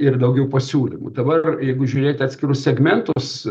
ir daugiau pasiūlymų dabar jeigu žiūrėti atskirus segmentus